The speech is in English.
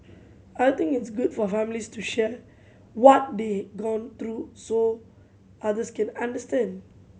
I think it's good for families to share what they gone through so others can understand